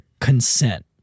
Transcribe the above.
consent